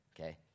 okay